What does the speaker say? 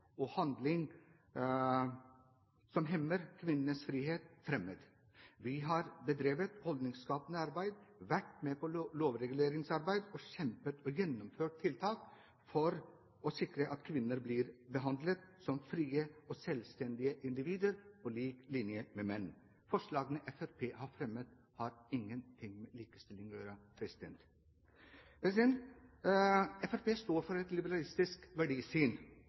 og enhver handling som hemmer kvinnenes frihet, fremmed. Vi har bedrevet holdningsskapende arbeid, vært med på lovreguleringsarbeid, kjempet for og gjennomført tiltak for å sikre at kvinner blir behandlet som frie og selvstendige individer på lik linje med menn. Forslagene Fremskrittspartiet har fremmet, har ingenting med likestilling å gjøre. Fremskrittspartiet står for et liberalistisk